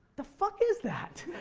the fuck is that?